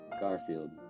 Garfield